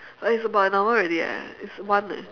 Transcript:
but it's about an hour ready eh it's one eh